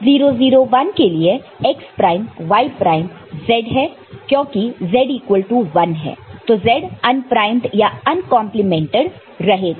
0 0 1 के लिए x prime y prime z है क्योंकि z इक्वल टू 1 है तो z अनप्राइमड या अनकंप्लीमेंटेड रहेगा